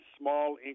small